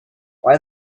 why